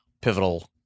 pivotal